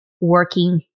working